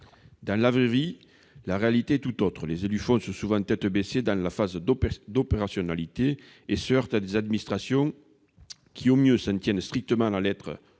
Dans la vraie vie, la réalité est tout autre : les élus foncent souvent tête baissée dans la phase d'opérationnalité et se heurtent à des administrations qui, au mieux, s'en tiennent strictement à la